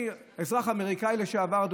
אזרח אמריקאי לשעבר,